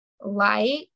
light